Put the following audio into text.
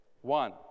One